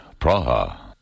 Praha